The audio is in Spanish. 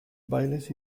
bailes